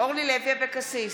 אורלי לוי אבקסיס,